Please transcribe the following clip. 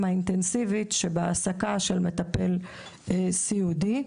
האינטנסיבית שבהעסקה של מטפל סיעודי.